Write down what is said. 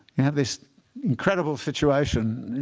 you have this incredible situation,